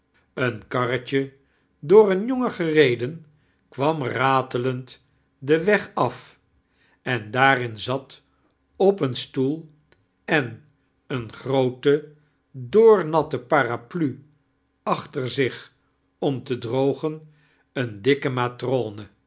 een karrebje door een jongen gereden kwam ratelend den weg af en daarin zat op een stoel en eene groote door-natte paraplu achter zich om te drogen eene dikke matrone